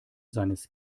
seines